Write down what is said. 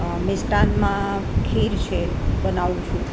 મિષ્ટાનમાં ખીર છે બનાવું છું